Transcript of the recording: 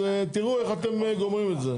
אז תראו איך אתם גומרים את זה.